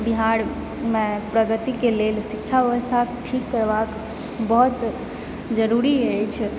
बिहारमे प्रगतिके लेल शिक्षा व्यवस्था ठीक करबाक बहुत जरुरी अछि